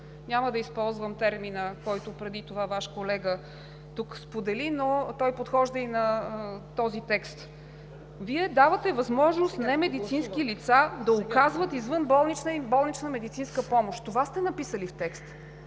Няма да използвам термина, който преди това Ваш колега сподели тук, но той подхожда и на този текст. Вие давате възможност немедицински лица да оказват извънболнична и болнична медицинска помощ. Това сте написали в текста.